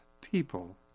people